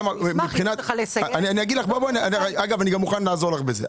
אגב, אני גם מוכן לעזור לך בזה.